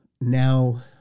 now